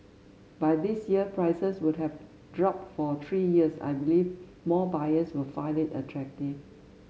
by this year prices would have dropped for three years I believe more buyers will find it attractive